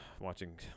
watching